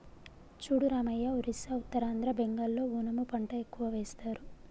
చూడు రామయ్య ఒరిస్సా ఉత్తరాంధ్ర బెంగాల్లో ఓనము పంట ఎక్కువ వేస్తారు